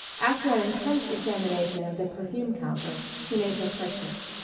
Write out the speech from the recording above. after an intense examination of the perfume counter she made her purchase.